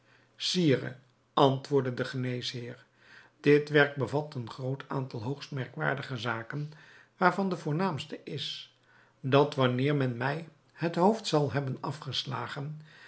sire antwoordde de geneesheer dit werk bevat een groot aantal hoogst merkwaardige zaken waarvan de voornaamste is dat wanneer men mij het hoofd zal hebben afgeslagen